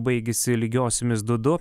baigėsi lygiosiomis du du